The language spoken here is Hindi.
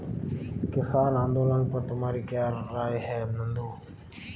किसान आंदोलन पर तुम्हारी क्या राय है नंदू?